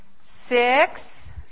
six